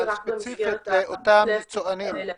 יש לי רק במסגרת --- אבל ספציפית,